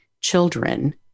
children